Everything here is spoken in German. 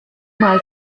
mal